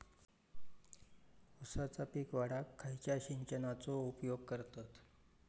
ऊसाचा पीक वाढाक खयच्या सिंचनाचो उपयोग करतत?